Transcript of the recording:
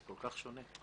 זה כל כך שונה.